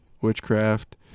witchcraft